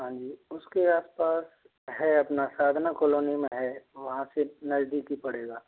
हाँ जी उसके आसपास है अपना साधना कॉलोनी में है वहाँ से नजदीक ही पड़ेगा